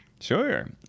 Sure